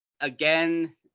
again